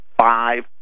five